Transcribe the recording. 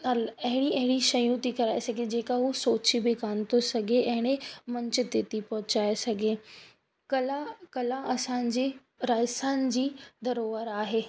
अल अहिड़ी अहिड़ी शयूं थी कराए सघे जेका हू सोचे बि कान थो सघे अहिड़े मंज़िल ते थी पहुचाए सघे कला कला असांजे राजस्थान जी धरोहर आहे